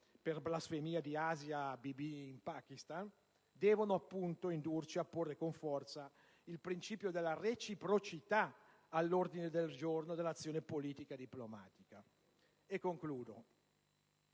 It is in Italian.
per «blasfemia» di Asia Bibi in Pakistan) devono, appunto, indurci a porre con forza il principio della reciprocità all'ordine del giorno dell'azione politica e diplomatica. Concludendo,